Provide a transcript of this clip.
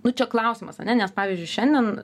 nu čia klausimas ane nes pavyzdžiui šiandien